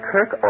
Kirk